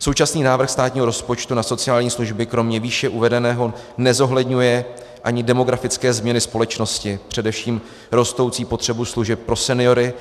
Současný návrh státního rozpočtu na sociální služby kromě výše uvedeného nezohledňuje ani demografické změny společnosti, především rostoucí potřebu služeb pro seniory,